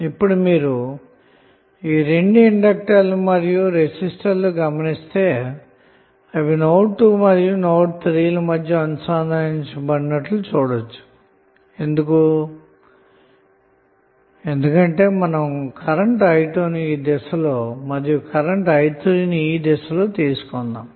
ఇప్పుడు మీరు ఈ రెండు ఇండెక్టర్ లు మరియు రెసిస్టర్లు గమనిస్తే అవి నోడ్ 2 మరియు నోడ్ 3 ల మధ్య అనుసంధానించి నట్లు చూడచ్చు ఎందుకంటే మనం కరెంట్ i2 ను ఈ దిశలో ను మరియు కరెంటు i3 ను ఈ దిశలో ను తీసుకొన్నాము